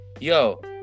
Yo